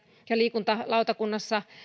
ja liikuntalautakunnassa että kaikki